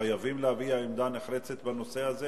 חייבים להביע עמדה נחרצת בנושא הזה,